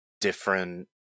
different